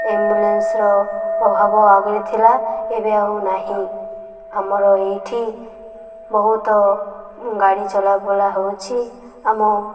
ଆମ୍ବୁଲାନ୍ସର ଅଭାବ ଆଗରୁ ଥିଲା ଏବେ ଆଉ ନାହିଁ ଆମର ଏଇଠି ବହୁତ ଗାଡ଼ି ଚଲାବୁଲା ହେଉଛି ଆମ